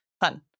fun